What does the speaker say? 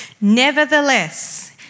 Nevertheless